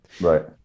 Right